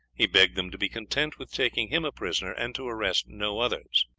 he begged them to be content with taking him a prisoner, and to arrest no others.